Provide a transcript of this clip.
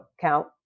count